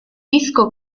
disco